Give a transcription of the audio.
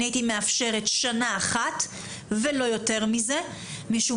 אני הייתי מאפשרת שנה אחת ולא יותר מזה משום